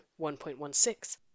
1.16